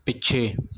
ਪਿੱਛੇ